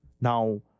now